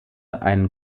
einen